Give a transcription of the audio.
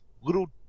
little